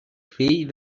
fill